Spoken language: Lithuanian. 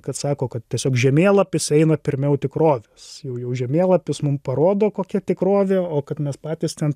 kad sako kad tiesiog žemėlapis eina pirmiau tikrovės jau jau žemėlapis mum parodo kokia tikrovė o kad mes patys ten